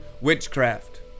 witchcraft